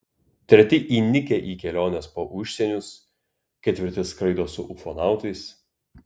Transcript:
treti įnikę į keliones po užsienius ketvirti skraido su ufonautais